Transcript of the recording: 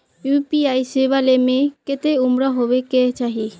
UPI सेवा ले में कते उम्र होबे के चाहिए?